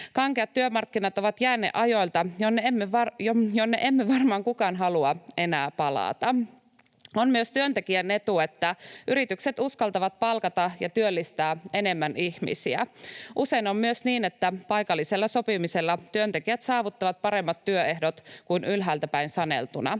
Kankeat työmarkkinat ovat jäänne ajoilta, jonne emme varmaan kukaan halua enää palata. On myös työntekijän etu, että yritykset uskaltavat palkata ja työllistää enemmän ihmisiä. Usein on myös niin, että paikallisella sopimisella työntekijät saavuttavat paremmat työehdot kuin ylhäältäpäin saneltuna.